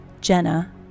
Jenna